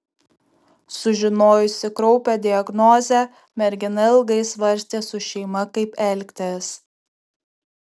sužinojusi kraupią diagnozę mergina ilgai svarstė su šeima kaip elgtis